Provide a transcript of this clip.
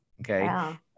Okay